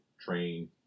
train